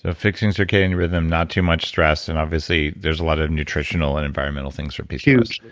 ah fixing circadian rhythm, not too much stress, and obviously, there's a lot of nutritional and environments things hugely,